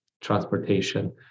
transportation